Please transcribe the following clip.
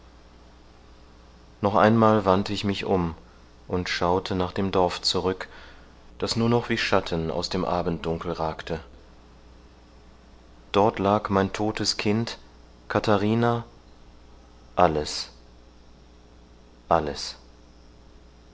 noch einmal wandte ich mich um und schaute nach dem dorf zurück das nur noch wie schatten aus dem abenddunkel ragte dort lag mein todtes kind katharina alles alles